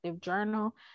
journal